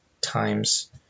times